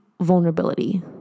vulnerability